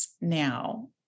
now